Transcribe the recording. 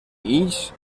hills